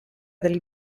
del